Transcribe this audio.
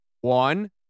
One